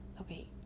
Okay